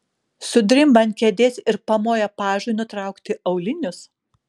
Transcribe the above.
sudrimba ant kėdės ir pamoja pažui nutraukti aulinius